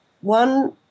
one